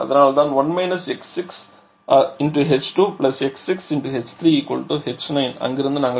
அதனால் தான் 1 x6h2x6h3h9 அங்கிருந்து நாங்கள் பெறுவது h9255